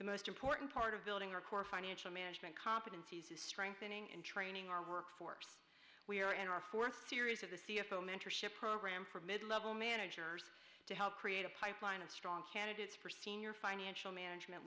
the most important part of building our core financial management competencies is strengthening and training our workforce we are in our fourth series of the c f o mentorship program for mid level managers to help create a pipeline of strong candidates for senior financial management